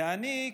ואני,